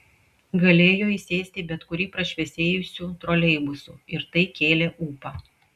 galėjo įsėsti į bet kurį prašviesėjusių troleibusų ir tai kėlė ūpą